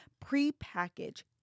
pre-packaged